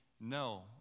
No